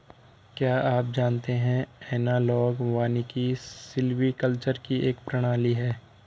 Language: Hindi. क्या आप जानते है एनालॉग वानिकी सिल्वीकल्चर की एक प्रणाली है